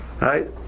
Right